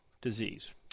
disease